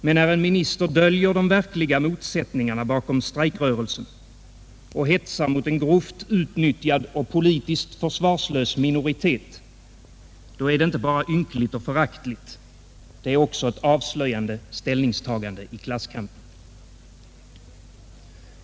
Men när en minister döljer de verkliga motsättningarna bakom strejkrörelsen och hetsar mot en grovt utnyttjad och politiskt försvarslös minoritet — då är det inte bara ynkligt och föraktligt. Det är också ett avslöjande ställningstagande i klasskampen.